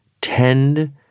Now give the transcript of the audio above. tend